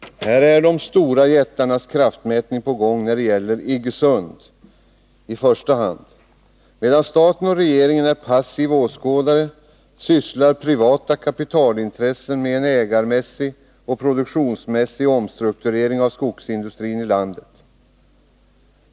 Här är de stora jättarnas kraftmätning på gång när det gäller Iggesund i första hand. Medan staten och regeringen är passiva åskådare, sysslar privata kapitalintressen med en ägarmässig och produktionsmässig omstrukturering av skogsindustrin i landet.